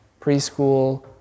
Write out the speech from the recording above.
preschool